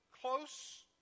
close